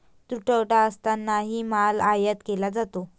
तुटवडा असतानाही माल आयात केला जातो